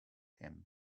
him